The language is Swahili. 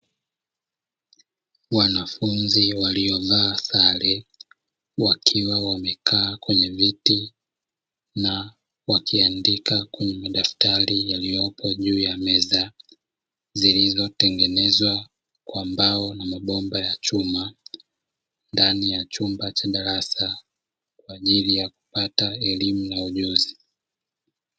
Wanafunzi waliovaa sare wakiwa wamekaa kwenye viti na wakiandika kwenye madaftari yaliopo juu ya meza zilizotengenezwa kwa mbao na mabomba ya chuma, ndani ya chumba cha darasa kwa ajili ya kupata elimu na ujuzi.